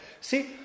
See